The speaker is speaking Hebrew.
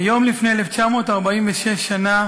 היום לפני 1,946 שנה